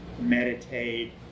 meditate